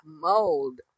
mold